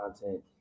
content